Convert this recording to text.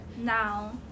Now